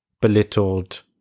belittled